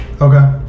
okay